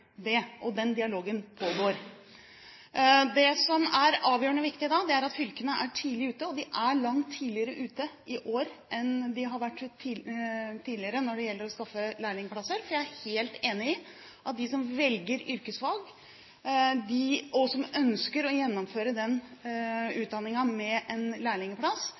det. Den dialogen pågår. Det som er avgjørende viktig da, er at fylkene er tidlig ute, og de er langt tidligere ute i år enn de har vært tidligere når det gjelder å skaffe lærlingplasser. Jeg er helt enig i at vi må sørge for at de som velger yrkesfag, og som ønsker å gjennomføre den utdanningen med en lærlingplass,